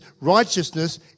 righteousness